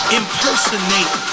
impersonate